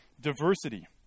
diversity